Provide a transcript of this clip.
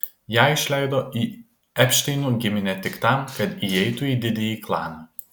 ją išleido į epšteinų giminę tik tam kad įeitų į didįjį klaną